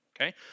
Okay